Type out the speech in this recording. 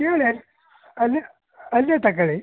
ಕೇಳಿ ಅಲ್ಲೇ ಅಲ್ಲೇ ತಗೊಳಿ